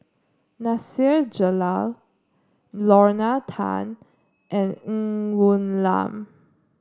Nasir Jalil Lorna Tan and Ng Woon Lam